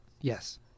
Yes